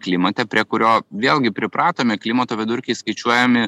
klimate prie kurio vėlgi pripratome klimato vidurkiai skaičiuojami